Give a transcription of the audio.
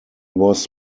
was